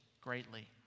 greatly